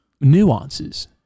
nuances